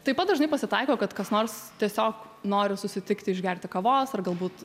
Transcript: taip pat dažnai pasitaiko kad kas nors tiesiog nori susitikti išgerti kavos ar galbūt